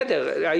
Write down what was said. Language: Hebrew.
בסדר,